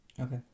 Okay